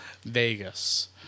Vegas